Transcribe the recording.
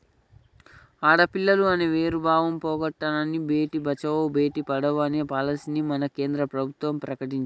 ఆడపిల్లలు అనే వేరు భావం పోగొట్టనని భేటీ బచావో బేటి పడావో అనే పాలసీని మన కేంద్ర ప్రభుత్వం ప్రకటించింది